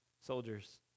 Soldiers